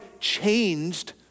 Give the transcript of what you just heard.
changed